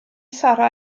sarra